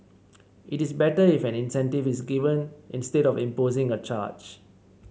it is better if an incentive is given instead of imposing a charge